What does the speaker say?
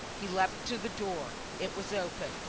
he leapt to the door, it was open.